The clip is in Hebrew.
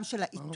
גם את האיתור